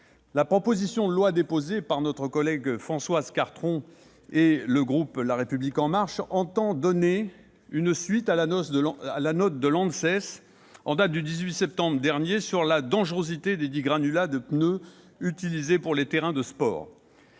La proposition de loi déposée par notre collègue Françoise Cartron et le groupe La République En Marche vise à donner une suite à la note de l'ANSES du 18 septembre dernier sur la dangerosité desdits granulats de pneus utilisés pour les terrains de sport.